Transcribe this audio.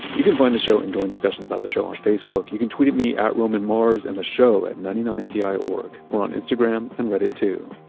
you can find the show and join discussions about the show on facebook. you can tweet at me at roman mars and the show at ninety nine piorg. we're on instagram and reddit too,